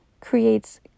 creates